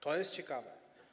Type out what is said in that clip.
To jest ciekawe.